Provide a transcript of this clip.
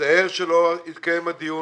מצטער שלא התקיים הדיון.